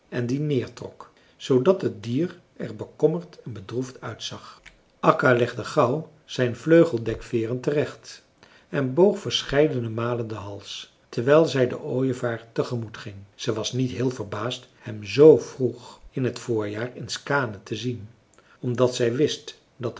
en dien neertrok zoodat het dier er bekommerd en bedroefd uitzag akka legde gauw zijn vleugeldekveeren terecht en boog verscheiden malen den hals terwijl zij den ooievaar tegemoet ging ze was niet heel verbaasd hem z vroeg in het voorjaar in skaane te zien omdat zij wist dat